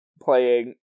playing